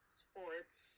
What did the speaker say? sports